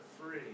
free